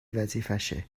وظیفشه